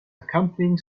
accompanying